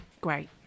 great